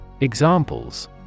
Examples